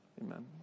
Amen